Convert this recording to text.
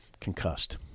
Concussed